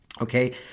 Okay